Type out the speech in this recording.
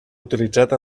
utilitzat